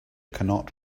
cannot